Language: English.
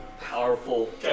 powerful